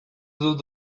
dut